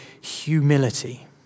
humility